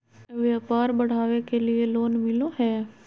व्यापार बढ़ावे के लिए लोन मिलो है?